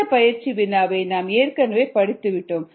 இந்த பயிற்சி வினாவை நாம் ஏற்கனவே படித்து விட்டோம்